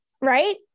right